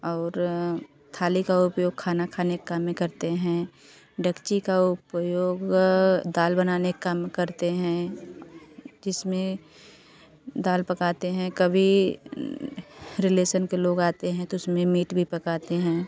और थाली का उपयोग खाना खाने के काम में करते हैं डेगची का उपयोग दाल बनाने के काम में करते हैं जिसमें दाल पकाते हैं कभी रिलेशन के लोग आते हैं तो उसमें मीट भी पकाते हैं